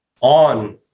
On